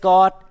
God